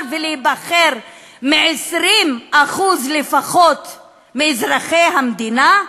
ולהיבחר מ-20% לפחות מאזרחי המדינה,